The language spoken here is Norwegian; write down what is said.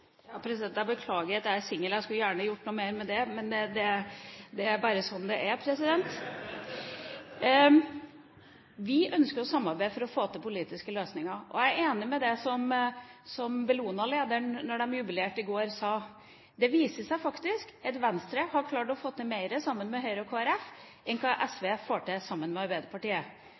Jeg beklager at jeg er singel. Jeg skulle gjerne ha gjort noe mer med det, men det er bare sånn det er. Vi ønsker å samarbeide for å få til politiske løsninger. Jeg er enig i det som Bellona-lederen sa da de jubilerte i går, at det viser seg faktisk at Venstre har klart å få til mer sammen med Høyre og Kristelig Folkeparti enn hva SV får til sammen med Arbeiderpartiet.